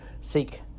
seek